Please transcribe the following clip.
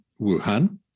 Wuhan